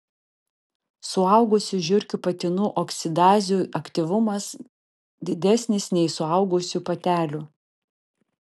suaugusių žiurkių patinų oksidazių aktyvumas didesnis nei suaugusių patelių